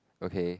okay